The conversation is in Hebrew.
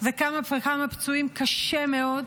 וכמה וכמה וכמה פצועים קשה מאוד.